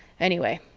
anyway,